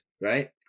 right